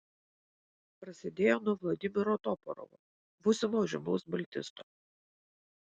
prasidėjo nuo vladimiro toporovo būsimo žymaus baltisto